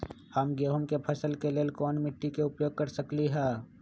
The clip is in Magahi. हम गेंहू के फसल के लेल कोन मिट्टी के उपयोग कर सकली ह?